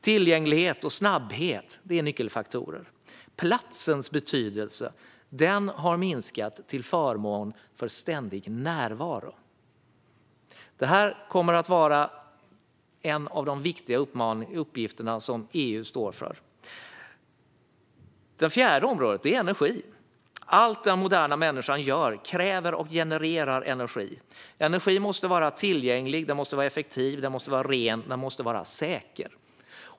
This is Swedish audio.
Tillgänglighet och snabbhet är nyckelfaktorer. Platsens betydelse har minskat till förmån för ständig närvaro. Det här kommer att vara en av de viktiga uppgifter som EU står inför. Det fjärde området är energi. Allt den moderna människan gör kräver och genererar energi. Energi måste vara tillgänglig, effektiv, ren och säker.